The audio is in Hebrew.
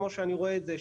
כמו שאני רואה את זה,